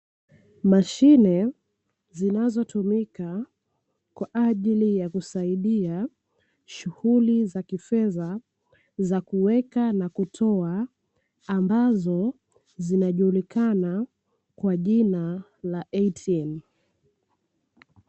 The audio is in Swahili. Mashine zinazotumika kwa ajili ya kusaidia shughuli za kifedha, za kuweka na kutoa, ambazo zinajulikana kwa jina la "ATM".